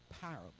parable